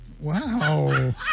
Wow